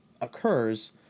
occurs